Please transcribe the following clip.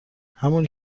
همونی